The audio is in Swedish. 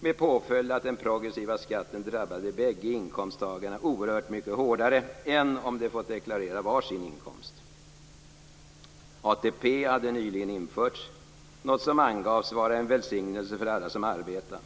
med påföljd att den progressiva skatten drabbade bägge inkomsttagarna oerhört mycket hårdare än om de fått deklarera var sin inkomst. ATP hade nyligen införts, något som angavs vara en välsignelse för alla som arbetade.